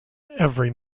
every